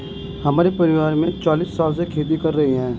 हमारे परिवार में चालीस साल से खेती कर रहे हैं